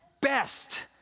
best